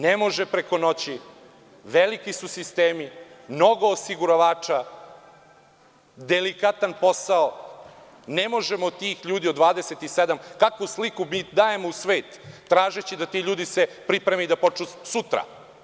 Ne može preko noći, veliki su sistemi, mnogo osiguravača, delikatan posao, ne možemo od tih ljudi, kakvu sliku dajemo u svet, tražeći da se ti ljudi pripreme i počnu sutra.